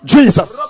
Jesus